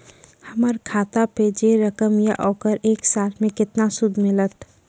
हमर खाता पे जे रकम या ओकर एक साल मे केतना सूद मिलत?